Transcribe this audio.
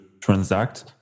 transact